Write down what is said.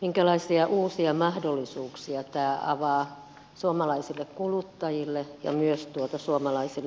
minkälaisia uusia mahdollisuuksia tämä avaa suomalaisille kuluttajille ja myös suomalaisille yrittäjille